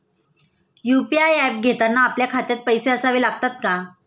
UPI app घेताना आपल्या खात्यात पैसे असावे लागतात का?